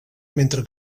mentre